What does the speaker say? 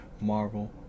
marvel